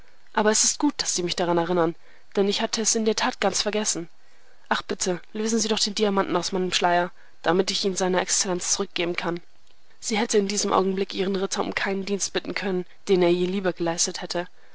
aber es ist gut daß sie mich daran erinnern denn ich hatte es in der tat ganz vergessen ach bitte lösen sie doch den diamanten aus meinem schleier damit ich ihn seiner exzellenz zurückgeben kann sie hätte in diesem augenblick ihren ritter um keinen dienst bitten können den er ihr lieber geleistet hätte